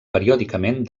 periòdicament